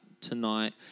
tonight